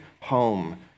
home